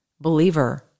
believer